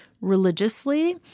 religiously